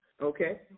okay